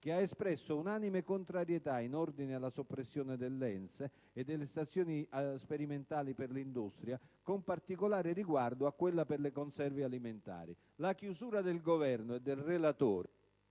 che ha espresso unanime contrarietà in ordine alla soppressione dell'ENSE e delle stazioni sperimentali per l'industria, con particolare riguardo a quella per le conserve alimentari. La chiusura del Governo e del relatore